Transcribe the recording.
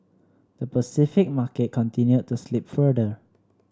the Pacific market continued to slip further